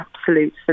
absolute